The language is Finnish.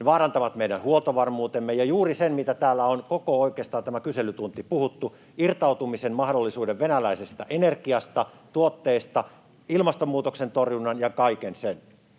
Ne vaarantavat meidän huoltovarmuutemme ja juuri sen, mistä täällä on oikeastaan koko tämä kyselytunti puhuttu: irtautumisen mahdollisuuden venäläisestä energiasta ja tuotteista, ilmastonmuutoksen torjunnan ja kaiken sen.